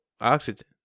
oxygen